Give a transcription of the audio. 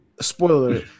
spoiler